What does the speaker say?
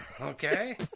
Okay